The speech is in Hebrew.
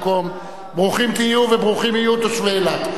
ברוכים תהיו וברוכים יהיו תושבי אילת.